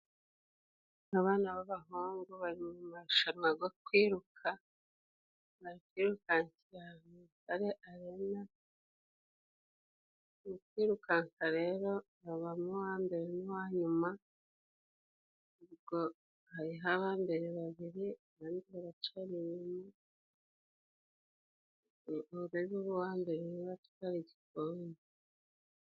Abana b'abahungu bari mu marushanwa go kwiruka bari kwirukankira imbere y'Intare Arena ,mu kwirukanka rero habamo uwa mbere n'uwa nyuma, ubwo hariho aba mbere babiri abandi baracari inyuma ubwo rero uba uwa mbere niwe utwara igikombe.